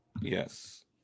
yes